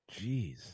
Jeez